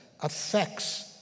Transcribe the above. affects